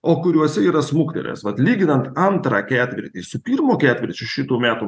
o kuriuose yra smuktelėjęs vat lyginant antrą ketvirtį su pirmu ketvirčiu šitų metų